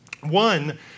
One